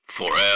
FOREVER